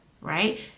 right